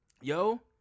Yo